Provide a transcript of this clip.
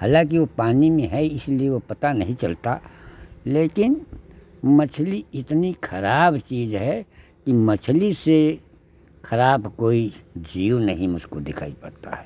हालांकि वह पानी में है इसलिए वह पता नहीं चलता लेकिन मछली इतनी खराब चीज़ है कि मछली से खराब कोई जीव नहीं मुझको दिखाई पड़ता है